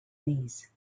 knees